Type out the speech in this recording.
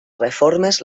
reformes